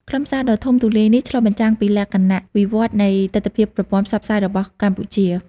ខ្លឹមសារដ៏ធំទូលាយនេះឆ្លុះបញ្ចាំងពីលក្ខណៈវិវត្តនៃទិដ្ឋភាពប្រព័ន្ធផ្សព្វផ្សាយរបស់កម្ពុជា។